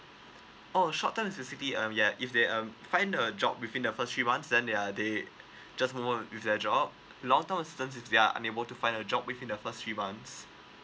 oh short term is basically um yeah if they um find a job within the first three months then they are they just with their job long term their unable to find a job within the first three months